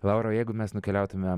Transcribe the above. laura o jeigu mes nukeliautumėm